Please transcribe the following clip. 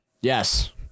Yes